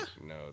No